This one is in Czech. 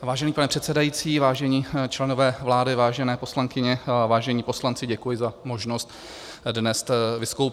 Vážený pane předsedající, vážení členové vlády, vážené poslankyně, vážení poslanci, děkuji za možnost dnes vystoupit.